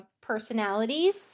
personalities